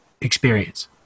experience